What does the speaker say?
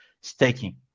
staking